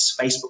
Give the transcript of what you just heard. Facebook